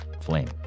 flame